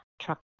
truck